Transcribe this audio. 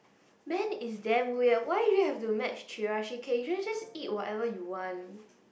Ben is damn weird why do you have to match Chirashi cake you can just eat whatever you want